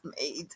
made